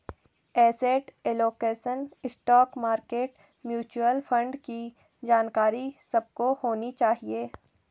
asset allocation, stock market, mutual fund की जानकारी सबको होनी चाहिए